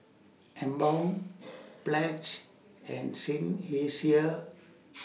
Emborg Pledge and Seinheiser